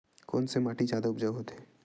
कोन से माटी जादा उपजाऊ होथे?